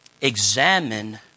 Examine